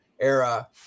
era